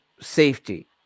safety